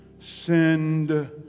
send